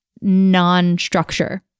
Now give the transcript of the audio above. non-structure